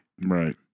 Right